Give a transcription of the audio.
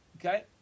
Okay